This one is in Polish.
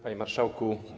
Panie Marszałku!